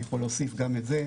אני יכול להוסיף גם את זה,